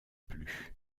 plus